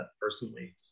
personally